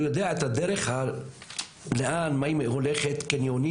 הוא יודע את הדרך לאן מה אם הולכת קניונים,